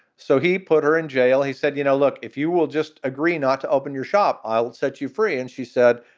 so he put her in jail. he said, you know, look, if you will just agree not to open your shop, i'll set you free. and she said,